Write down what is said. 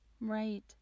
right